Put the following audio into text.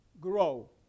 grow